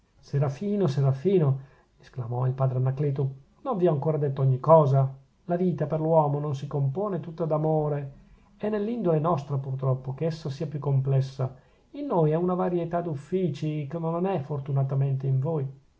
serafino serafino esclamò il padre anacleto non vi ho ancora detto ogni cosa la vita per l'uomo non si compone tutta d'amore è nell'indole nostra pur troppo che essa sia più complessa in noi è una varietà di uffici che non è fortunatamente in voi